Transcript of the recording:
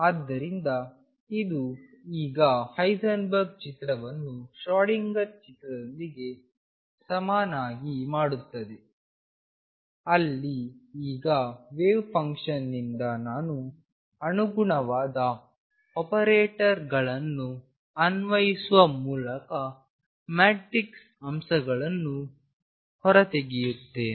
ಆದ್ದರಿಂದ ಇದು ಈಗ ಹೈಸೆನ್ಬರ್ಗ್ ಚಿತ್ರವನ್ನು ಶ್ರೋಡಿಂಗರ್ ಚಿತ್ರದೊಂದಿಗೆ ಸಮನಾಗಿ ಮಾಡುತ್ತದೆ ಅಲ್ಲಿ ಈಗ ವೇವ್ ಫಂಕ್ಷನ್ ನಿಂದ ನಾನು ಅನುಗುಣವಾದ ಆಪರೇಟರ್ಗಳನ್ನು ಅನ್ವಯಿಸುವ ಮೂಲಕ ಮ್ಯಾಟ್ರಿಕ್ಸ್ ಅಂಶಗಳನ್ನು ಹೊರತೆಗೆಯುತ್ತೇನೆ